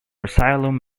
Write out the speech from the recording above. asylum